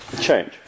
change